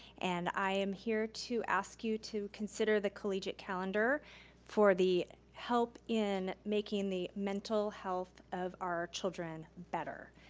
and i am here to ask you to consider the collegiate calendar for the help in making the mental health of our children better.